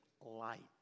light